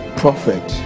prophet